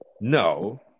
No